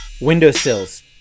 windowsills